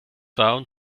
down